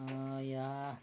यहाँ